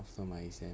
after my exam